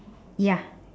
ya